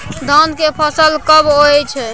धान के फसल कब होय छै?